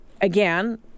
again